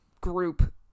group